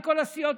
מכל הסיעות,